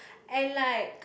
and like